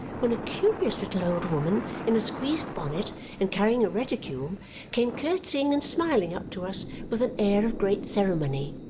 when a curious little old woman in a squeezed bonnet and carrying a reticule came curtsying and smiling up to us with an air of great ceremony.